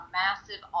massive